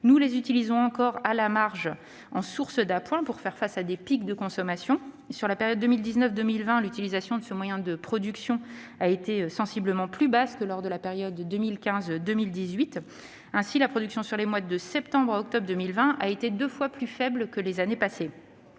Nous les employons encore à la marge, comme source d'appoint, pour faire face à des pics de consommation. Pour la période 2019-2020, l'utilisation de ce moyen de production a été sensiblement plus basse que lors de la période 2015-2018. Ainsi, pendant les mois de septembre et d'octobre 2020, cette production a été deux fois plus faible que pendant les années passées.